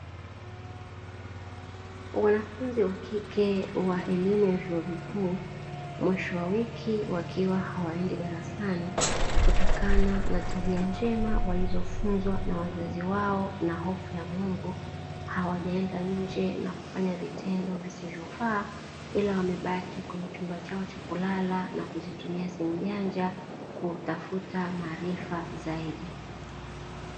Wanafunzi wa kike wa elimu ya vyuo vikuu, mwisho wa wiki wakiwa hawaendi darasani kutokana na tabia njema walizofunzwa na wazazi wao na hofu ya mungu. Hawajaenda nje na kufanya vitendo visivyofaa, ila wamebaki kwenye chumba chao cha kulala na kuzitumia simu janja kutafuta maarifa zaidi.